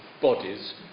bodies